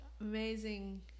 amazing